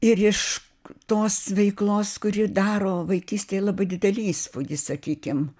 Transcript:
ir iš tos veiklos kuri daro vaikystėj labai didelį įspūdį sakykim